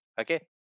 Okay